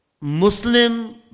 Muslim